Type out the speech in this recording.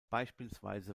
beispielsweise